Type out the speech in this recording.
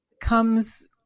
comes